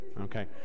okay